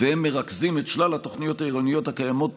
והם מרכזים את שלל התוכניות העירוניות הקיימות